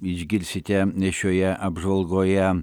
išgirsite šioje apžvalgoje